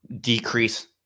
decrease